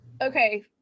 Okay